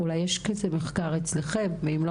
אולי יש מחקר כזה אצלכם ואם אין כזה,